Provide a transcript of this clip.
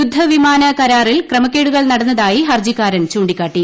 യുദ്ധ ്വിമാന കരാറിൽ ക്രമക്കേടുകൾ നടന്നതായി ഹർജിക്കാരൻ ചൂണ്ടിക്കാട്ടി